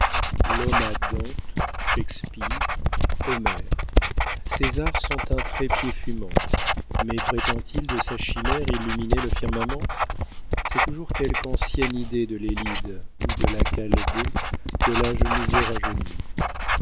l'homme a dante shakspeare homère ses arts sont un trépied fumant mais prétend-il de sa chimère illuminer le firmament c'est toujours quelque ancienne idée de l'élide ou de la chaldée que l'âge nouveau rajeunit